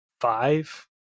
five